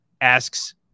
asks